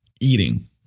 eating